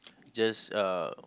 just uh